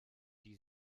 die